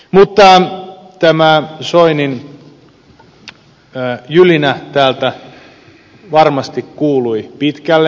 mutta tämä soinin jylinä täältä varmasti kuului pitkälle